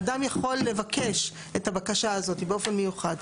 אדם יכול לבקש את הבקשה הזאת באופן מיוחד.